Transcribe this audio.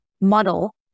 model